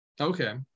Okay